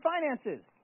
finances